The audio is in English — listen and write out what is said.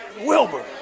Wilbur